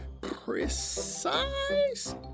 precise